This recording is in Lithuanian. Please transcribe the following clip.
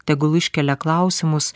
tegul iškelia klausimus